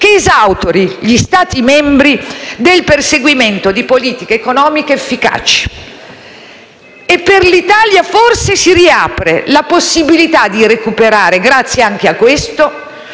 che esautori gli Stati membri del perseguimento di politiche economiche efficaci. Per l'Italia forse si riapre la possibilità di recuperare, grazie anche a questo,